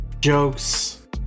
jokes